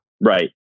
right